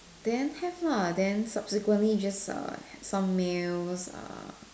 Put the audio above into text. then have lah then subsequently just uh some meals uh